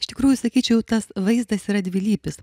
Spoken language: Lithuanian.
iš tikrųjų sakyčiau tas vaizdas yra dvilypis